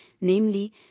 namely